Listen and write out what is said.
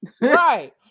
Right